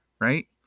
right